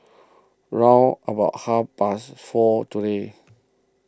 round about half past four today